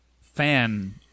fan